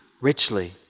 richly